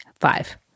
Five